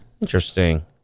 Interesting